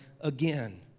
again